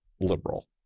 liberal